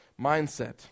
mindset